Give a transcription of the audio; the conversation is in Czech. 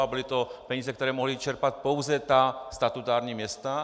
A byly to peníze, které mohla čerpat pouze ta statutární města.